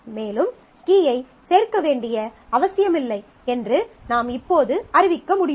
மேலும் கீயைச் சேர்க்க வேண்டிய அவசியமில்லை என்று நாம் இப்போது அறிவிக்க முடியும்